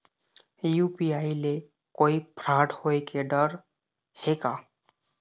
UPI ले कोई fraud होए के डर हे का?